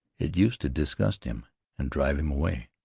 it used to disgust him and drive him away,